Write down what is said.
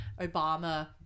obama